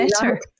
better